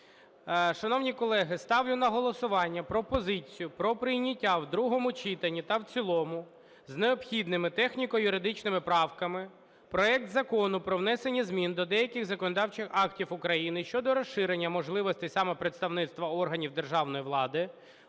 Шановні колеги, ставлю на голосування пропозицію про прийняття в другому читанні та в цілому з необхідними техніко-юридичними правками проект Закону про внесення змін до деяких законодавчих актів України щодо розширення можливостей самопредставництва органів державної влади,